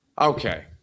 Okay